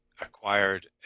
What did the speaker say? acquired